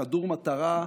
חדור מטרה,